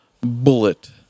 bullet